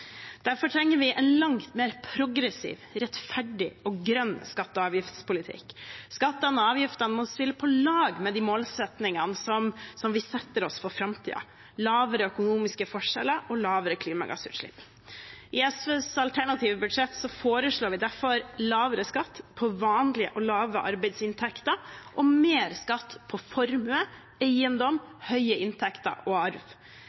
Derfor trenger vi en langt mer progressiv, rettferdig og grønn skatte- og avgiftspolitikk. Skattene og avgiftene må spille på lag med de målsettingene som vi setter oss for framtiden, om lavere økonomiske forskjeller og lavere klimagassutslipp. I SVs alternative budsjett foreslår vi derfor lavere skatt på vanlige og lave arbeidsinntekter og mer skatt på formue, eiendom, høye inntekter og arv.